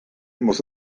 muss